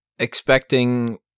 expecting